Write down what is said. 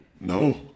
No